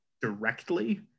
directly